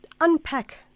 unpack